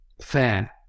fair